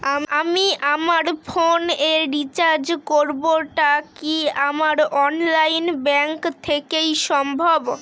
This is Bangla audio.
আমি আমার ফোন এ রিচার্জ করব টা কি আমার অনলাইন ব্যাংক থেকেই সম্ভব?